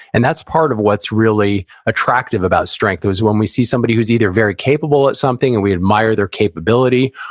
and that's part of what's really attractive about strength, is, when we see somebody who's either very capable at something and we admire their capability,